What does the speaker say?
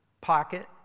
pocket